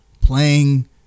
playing